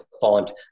font